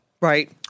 Right